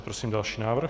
Prosím další návrh.